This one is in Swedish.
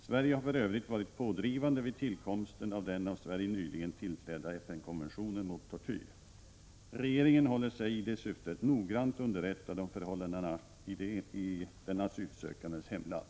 Sverige har för övrigt varit pådrivande vid tillkomsten av den av Sverige nyligen tillträdda FN-konventionen mot tortyr. Regeringen håller sig i det syftet noggrant underrättad om förhållandena i den asylsökandes hemland.